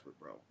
bro